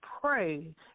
pray